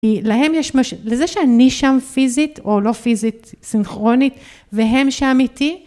כי, להם יש מש... לזה שאני שם פיזית, או לא פיזית, סינכרונית, והם שם איתי?